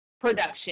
production